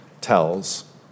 tells